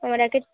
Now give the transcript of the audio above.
আমার একে